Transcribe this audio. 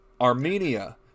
Armenia